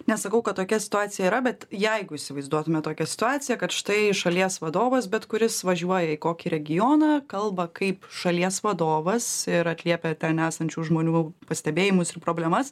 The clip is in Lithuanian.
nesakau kad tokia situacija yra bet jeigu įsivaizduotume tokią situaciją kad štai šalies vadovas bet kuris važiuoja į kokį regioną kalba kaip šalies vadovas ir atliepia ten esančių žmonių pastebėjimus ir problemas